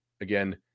again